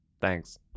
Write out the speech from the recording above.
Thanks